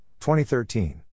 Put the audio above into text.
2013